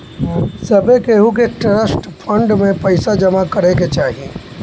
सभे केहू के ट्रस्ट फंड में पईसा जमा करे के चाही